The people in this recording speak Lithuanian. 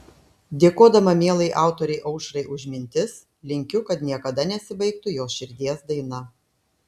dėkodama mielai autorei aušrai už mintis linkiu kad niekada nesibaigtų jos širdies daina